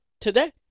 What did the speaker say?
Today